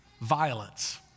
violence